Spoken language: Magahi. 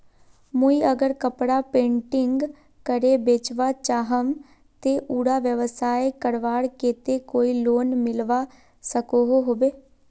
मुई अगर कपड़ा पेंटिंग करे बेचवा चाहम ते उडा व्यवसाय करवार केते कोई लोन मिलवा सकोहो होबे?